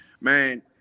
Man